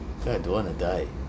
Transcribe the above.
then I don't want to die